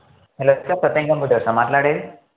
hello sir Satyam కంప్యూటర్సా మాట్లాడేది